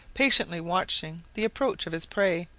patiently watching the approach of his prey,